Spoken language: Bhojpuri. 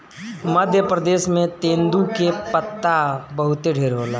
मध्य प्रदेश में तेंदू के पत्ता बहुते ढेर होला